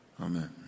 Amen